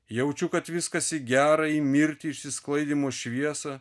jaučiu kad viskas į gera į mirtį išsisklaidymo šviesą